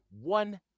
one